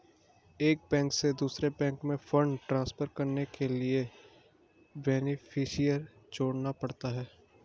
एक बैंक से दूसरे बैंक में फण्ड ट्रांसफर करने के लिए बेनेफिसियरी जोड़ना पड़ता है